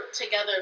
together